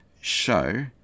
show